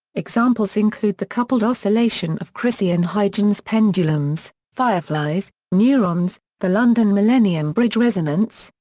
examples include the coupled oscillation of christiaan huygens' pendulums, fireflies, neurons, the london millenium bridge resonance,